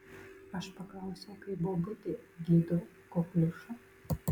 aš paklausiau kaip bobutė gydo kokliušą